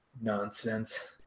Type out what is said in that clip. nonsense